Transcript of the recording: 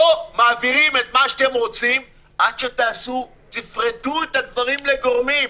לא מעבירים את מה שאתם רוצים עד שתפרטו את הדברים לגורמים.